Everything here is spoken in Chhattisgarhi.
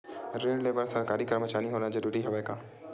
ऋण ले बर सरकारी कर्मचारी होना जरूरी हवय का?